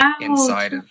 inside